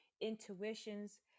intuitions